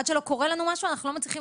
עד שלא קורה לנו משהו אנחנו לא מצליחים